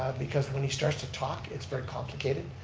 because when he starts to talk, it's very complicated.